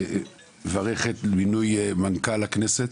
לברך על מינוי מנכ"ל הכנסת.